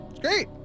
Great